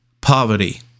poverty